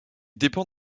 dépend